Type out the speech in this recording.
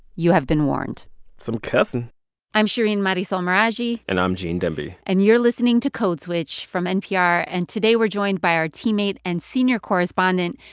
you have been warned some cussing i'm shereen marisol meraji and i'm gene demby and you're listening to code switch from npr. and today, we're joined by our teammate and senior correspondent,